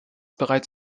bereits